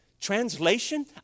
Translation